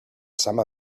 some